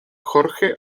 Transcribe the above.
jorge